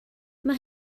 mae